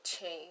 change